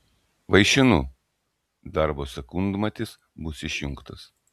vaišinu darbo sekundmatis bus išjungtas